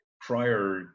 prior